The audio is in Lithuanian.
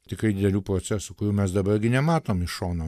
tikrai didelių procesų kurių mes dabar gi nematom iš šono